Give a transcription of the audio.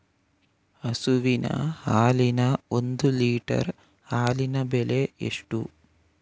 ಹಸುವಿನ ಹಾಲಿನ ಒಂದು ಲೀಟರ್ ಹಾಲಿನ ಬೆಲೆ ಎಷ್ಟು?